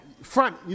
front